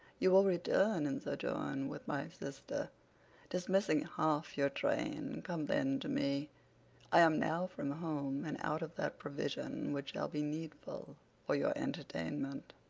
you will return and sojourn with my sister, dismissing half your train, come then to me i am now from home, and out of that provision which shall be needful for your entertainment.